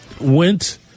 went